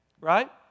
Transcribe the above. Right